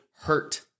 hurt